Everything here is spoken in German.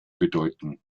bedeuten